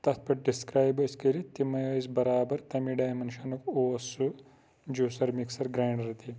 تَتھ پٮ۪ٹھ ڈِسکرایِب ٲسۍ کٔرِتھ تِمَے ٲسۍ بَرابَر تَمے ڈایمِیٚنشَنُک اوس سُہ جوسَر مِکسَر گِرَینڈَر تہِ